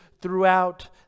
throughout